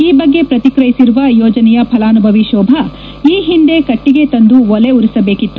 ಈ ಬಗ್ಗೆ ಪ್ರಕಿಕಿಯಿಸಿರುವ ಯೋಜನೆಯ ಫಲಾನುಭವಿ ಶೋಭಾ ಈ ಹಿಂದೆ ಕಟ್ಟಿಗೆ ತಂದು ಒಲೆ ಉರಿಸಬೇಕಿತ್ತು